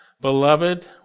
Beloved